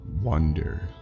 wonder